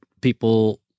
people